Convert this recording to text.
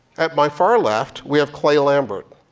at my far left, we have clay lambert.